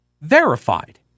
verified